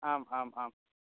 आम् आम् आम्